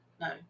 No